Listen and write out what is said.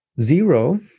zero